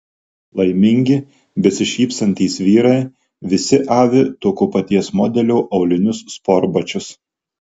laimingi besišypsantys vyrai visi avi tokio paties modelio aulinius sportbačius